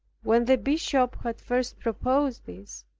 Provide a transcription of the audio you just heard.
when the bishop had first proposed this,